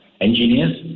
engineers